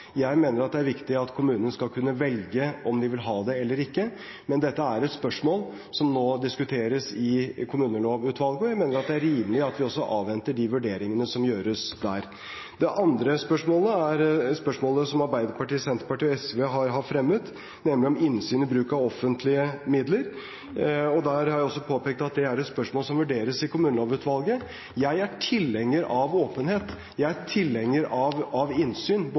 Jeg mener det er viktig at kommunene skal kunne velge om de vil ha det eller ikke, men dette er et spørsmål som nå diskuteres i kommunelovutvalget, og jeg mener det er rimelig at vi også avventer de vurderingene som gjøres der. Det andre spørsmålet gjelder forslaget som Arbeiderpartiet, Senterpartiet og SV har fremmet, nemlig om innsyn i bruk av offentlige midler. Der har jeg også påpekt at det er et spørsmål som vurderes i kommunelovutvalget. Jeg er tilhenger av åpenhet, og jeg er tilhenger av innsyn